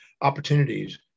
opportunities